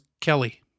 Kelly